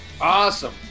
Awesome